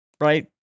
right